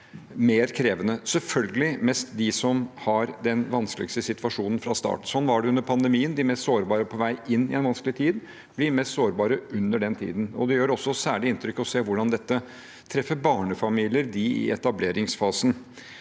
selvfølgelig mest dem som har den vanskeligste situasjonen fra starten av. Sånn var det også under pandemien: De mest sårbare på vei inn i en vanskelig tid blir mest sårbare under den tiden. Det gjør også særlig inntrykk å se hvordan dette treffer barnefamilier i etableringsfasen.